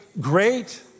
great